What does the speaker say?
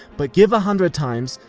but give a hundred times,